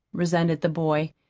resented the boy.